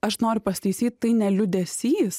aš noriu pasitaisyt tai ne liūdesys